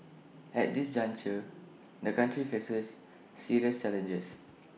at this juncture the country faces serious challenges